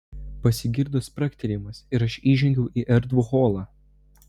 pasigirdo spragtelėjimas ir aš įžengiau į erdvų holą